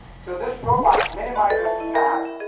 so this robot minimizes snap.